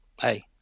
hey